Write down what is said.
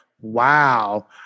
wow